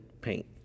paint